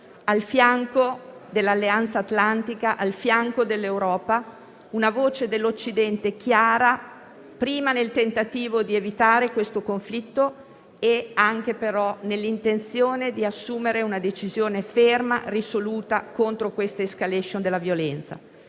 al fianco dell'Alleanza atlantica e dell'Europa, con una voce dell'Occidente chiara nel tentativo di evitare il conflitto, ma anche nell'intenzione di assumere una decisione ferma e risoluta contro quest'*escalation* di violenza.